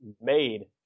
made